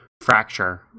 fracture